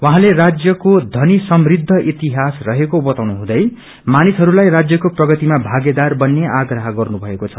उहाँले राज्यको घनी समृद्ध इतिहास रहेको बताउनु हुँदै मानिसहरूलाई राज्यको प्रगतिमा भागेदार बन्ने आप्रह गर्नुभएको छ